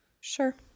Sure